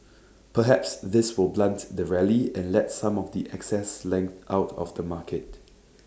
perhaps this will blunt the rally and let some of the excess length out of the market